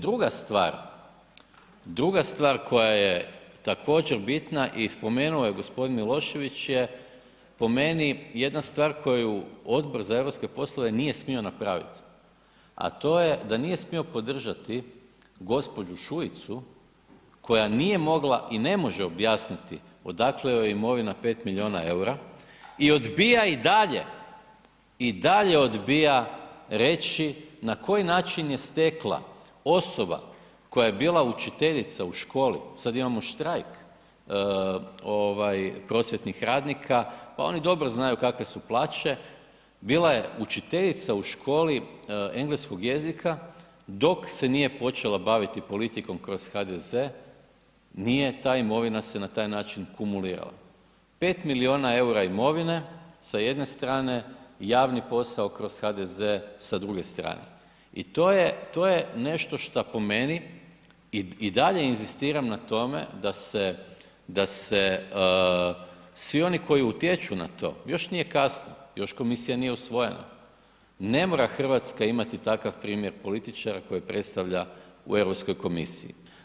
Druga stvar, druga stvar koja je također bitna i spomenuo ju je g. Milošević je po meni jedna stvar koju Odbor za europske poslove nije smio napravit, a to je da nije smio podržati gđu. Šuicu koja nije mogla i ne može objasniti odakle joj imovina 5 milijuna EUR-a i odbija i dalje i dalje odbija reći na koji način je stekla, osoba koja je bila učiteljica u školi, sad imamo štrajk, ovaj prosvjetnih radnika, pa ono dobro znaju kakve su plaće, bila je učiteljica u školi engleskog jezika dok se nije počela baviti politikom kroz HDZ, nije ta imovina se na taj način kumulirala, 5 milijuna EUR-a imovine sa jedne strane, javni posao kroz HDZ sa druge strane i to je, to je nešto šta po meni i dalje inzistiram na tome da se, da se svi oni koji utječu na to, još nije kasno, još komisija nije usvojena, ne mora RH imati takav primjer političara koji je predstavlja u Europskoj komisiji.